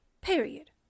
Period